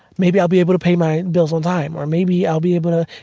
maybe i'll be able to pay my bills on time or maybe i'll be able to,